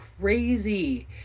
crazy